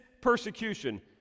persecution